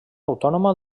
autònoma